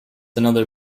another